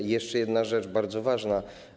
I jeszcze jedna rzecz, bardzo ważna.